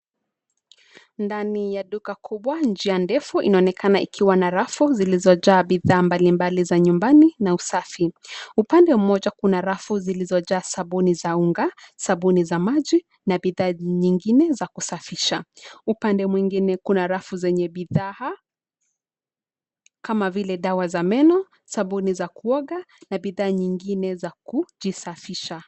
Ndani ya duka kubwa njia, ndefu inaonekana ikiwa na rafu zilizojaa bidhaa mbalimbali za nyumbani na usafi. Upande mmoja kuna rafu zilizojaa sabuni za unga, sabuni za maji na bidhaa nyingine za kusafisha. Upande mwingine kuna rafu zenye bidhaa kama vile dawa za meno, sabuni ya kuoga na bidha nyingine za kujisafisha.